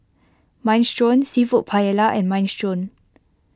Minestrone Seafood Paella and Minestrone